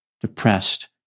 depressed